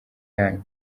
yanyu